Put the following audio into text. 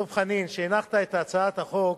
דב חנין, שהנחת את הצעת החוק,